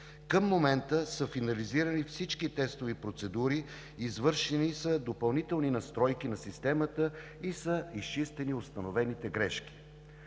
Към момента са финализирани всички тестови процедури, извършени са допълнителни настройки на системата и са изчистени установените грешки.